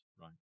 right